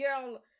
girl